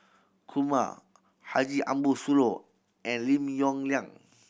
Kumar Haji Ambo Sooloh and Lim Yong Liang